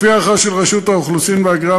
לפי הערכה של רשות האוכלוסין וההגירה,